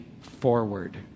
forward